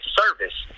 service